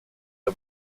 der